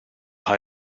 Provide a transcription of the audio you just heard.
hide